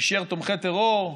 אישר תומכי טרור: